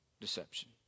deception